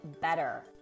better